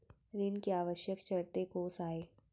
ऋण के आवश्यक शर्तें कोस आय?